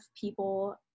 people